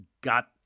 got